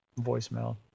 voicemail